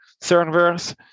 servers